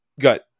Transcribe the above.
Good